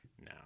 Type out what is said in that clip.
No